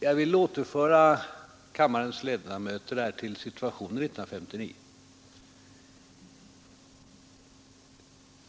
Jag vill återföra kammarens ledamöter till situationen 1959.